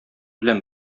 белән